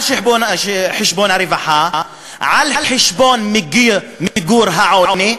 על חשבון הרווחה, על חשבון מיגור העוני,